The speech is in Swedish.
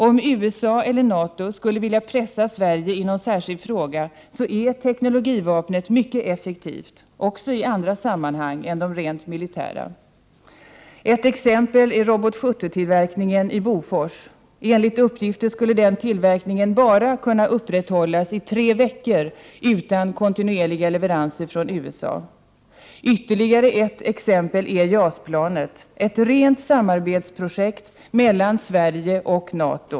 Om USA eller NATO skulle vilja pressa Sverige i någon särskild fråga så är teknologivapnet mycket effektivt — också i andra sammanhang än de rent militära. Ett exempel är Robot 70-tillverkningen i Bofors. Enligt uppgifter skulle den tillverkningen bara kunna upprätthållas i tre veckor utan kontinuerliga leveranser från USA. Ytterligare ett exempel är JAS-planet, ett rent samarbetsprojekt mellan Sverige och NATO.